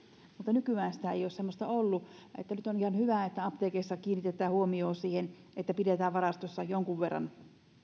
mutta nykyään semmoista ei ole ollut ja nyt on ihan hyvä että apteekeissa kiinnitetään huomiota siihen että pidetään varastossa jonkun verran